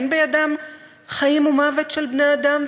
אין בידם חיים ומוות של בני-אדם?